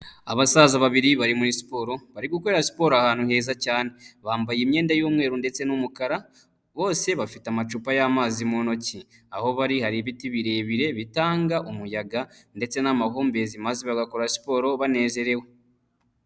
Abasaza babiri bari muri siporo bari gukorera siporo ahantu heza cyane, bambaye imyenda y'umweru ndetse n'umukara bose bafite amacupa y'amazi mu ntoki, aho bari hari ibiti birebire bitanga umuyaga ndetse n'amahumbezi maze bagakora siporo banezerewe.